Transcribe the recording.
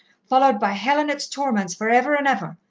followed by hell and its torments for ever and ever.